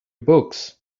books